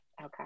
Okay